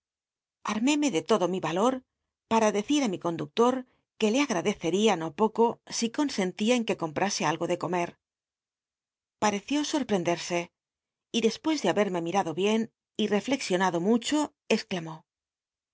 arméme de todo mi valor para decir i mi conductor qne le agrade el'ia no poco si consentía en que comprase algo de comer pareció sorprenderse y despues de hahmmc mirado bien y reflexionado mucho